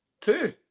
Two